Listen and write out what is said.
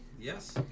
Yes